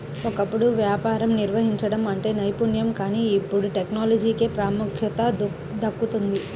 ఒకప్పుడు వ్యాపారం నిర్వహించడం అంటే నైపుణ్యం కానీ ఇప్పుడు టెక్నాలజీకే ప్రాముఖ్యత దక్కుతోంది